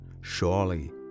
surely